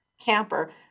camper